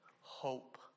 hope